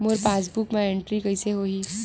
मोर passbook मा entry कइसे होही?